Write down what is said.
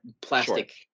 plastic